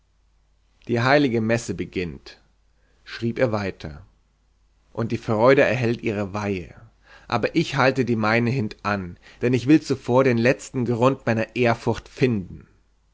die heilige messe beginnt schrieb er weiter und die freude erhält ihre weihe aber ich halte die meine hintan denn ich will zuvor den letzten grund meiner ehrfurcht finden